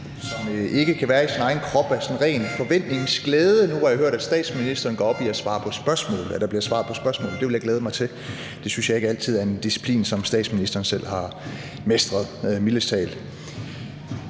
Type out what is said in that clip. som ikke kan være i sin egen krop af ren forventningens glæde nu, hvor jeg har hørt, at statsministeren går op i, at der bliver svaret på spørgsmål. Det vil jeg glæde mig til. Det synes jeg mildest talt ikke er en disciplin, som statsministeren altid selv har mestret.